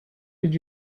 did